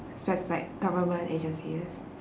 like government agencies